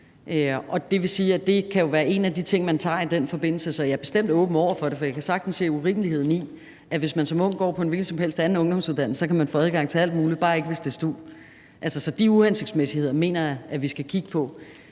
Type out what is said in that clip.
jo kan være en af de ting, man tager i den forbindelse. Så jeg er bestemt åben over for det, for jeg kan sagtens se urimeligheden i, at hvis man som ung går på en hvilken som helst anden ungdomsuddannelse, kan man få adgang til alt muligt, bare ikke, hvis det er stu. Så de uhensigtsmæssigheder mener jeg vi skal kigge på.